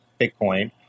Bitcoin